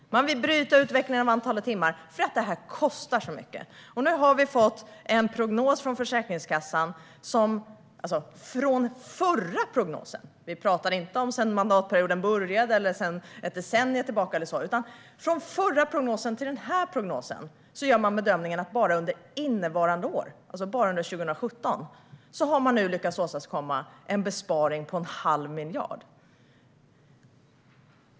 Man vill bryta utvecklingen av antalet timmar för att detta kostar så mycket. Nu har vi fått en prognos från Försäkringskassan där man sedan den förra prognosen - inte sedan mandatperioden började eller sedan ett decennium tillbaka - gör bedömningen att man bara under innevarande år, 2017, har lyckats åstadkomma en besparing på en halv miljard.